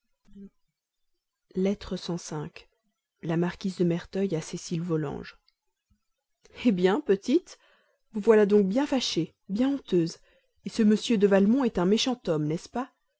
lettre sans la marquise de merteuil à cécile volanges hé bien petite vous voilà donc bien fâchée bien honteuse ce m de valmont est un méchant homme n'est-ce pas